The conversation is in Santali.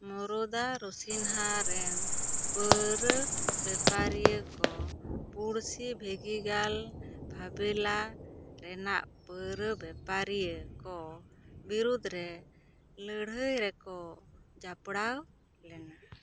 ᱢᱩᱨᱩᱫᱟ ᱨᱩᱥᱤᱱᱦᱟ ᱨᱮᱱ ᱯᱟ ᱣᱨᱟ ᱵᱮᱯᱟᱨᱤᱭᱟ ᱠᱚ ᱯᱩᱲᱥᱤ ᱵᱷᱤᱜᱤ ᱜᱟᱞ ᱵᱟ ᱵᱤᱞᱟ ᱨᱮᱱᱟᱜ ᱯᱟ ᱨᱟ ᱵᱮᱯᱟᱨᱤᱭᱟᱹ ᱠᱚ ᱵᱤᱨᱩᱫᱽ ᱨᱮ ᱞᱟ ᱲᱦᱟ ᱭ ᱨᱮᱠᱚ ᱡᱟᱯᱲᱟᱣ ᱞᱮᱱᱟ